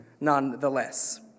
nonetheless